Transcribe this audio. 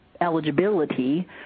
eligibility